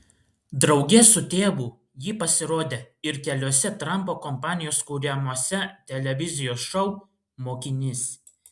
drauge su tėvu ji pasirodė ir keliuose trampo kompanijos kuriamuose televizijos šou mokinys